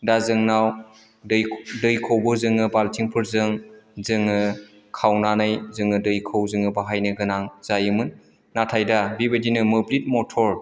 दा जोंनाव दैखौबो जोङो बाल्थिंफोरजों जोङो खावनानै जोङो दैखौ जोङो बाहायनो गोनां जायोमोन नाथाय दा बेबायदिनो मोब्लिब मथर